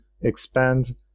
expand